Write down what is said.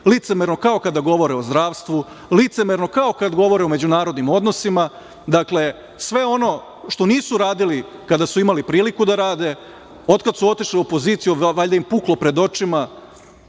licemerno kao kada govore o zdravstvu, licemerno kao kada kada govore o međunarodnim odnosima. Dakle, sve ono što nisu radili kada su imali priliku da rade, od kad su otišli u opoziciju, valjda im puklo pred očima.